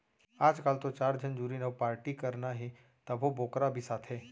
आजकाल तो चार झन जुरिन अउ पारटी करना हे तभो बोकरा बिसाथें